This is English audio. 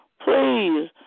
please